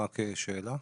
רק שאלה.